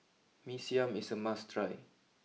Mee Siam is a must try